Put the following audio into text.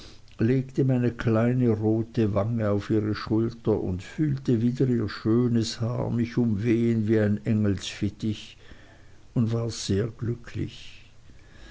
legte meine kleine rote wange auf ihre schulter und fühlte wieder ihr schönes haar mich umwehen wie ein engelsfittich und war sehr glücklich